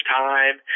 time